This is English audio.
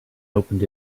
opened